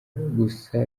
gusa